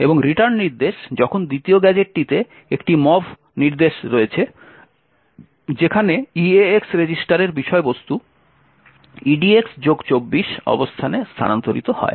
এবং রিটার্ন নির্দেশ যখন দ্বিতীয় গ্যাজেটটিতে একটি mov নির্দেশ রয়েছে যেখানে eax রেজিস্টারের বিষয়বস্তু edx24 অবস্থানে স্থানান্তরিত হয়